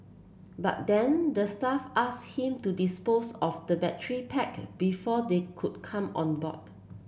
but then the staff asked him to dispose of the battery pack before they could come on board